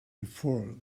before